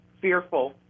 fearful